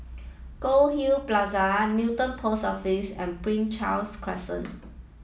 Goldhill Plaza Newton Post Office and Prince Charles Crescent